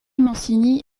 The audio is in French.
mancini